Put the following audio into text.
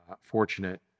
fortunate